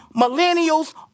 millennials